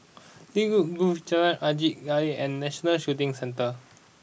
Lynwood Grove Jalan Angin Laut and National Shooting Centre